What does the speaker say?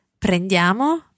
prendiamo